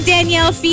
Danielle